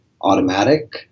automatic